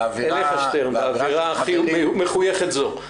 באווירה -- מחויכת זו.